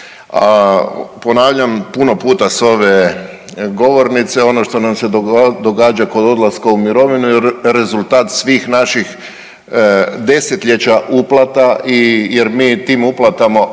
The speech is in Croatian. ponavljam puno puta s ove govornice ono što nam se događa kod odlaska u mirovinu je rezultat svih naših desetljeća uplata i, jer mi tim uplatama